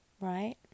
right